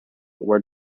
where